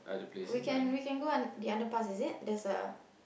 we can we can go un~ the underpass is it there's a